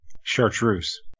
Chartreuse